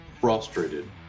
frustrated